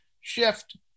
shift